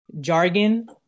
jargon